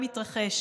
/ בעולם יתרחש?!